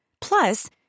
Plus